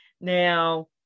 Now